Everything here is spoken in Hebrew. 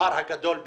קיצרו שליש?